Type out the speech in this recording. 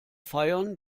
feiern